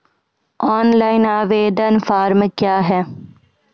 Online आवेदन form क्या हैं?